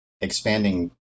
expanding